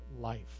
life